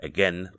Again